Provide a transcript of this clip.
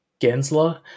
Gensler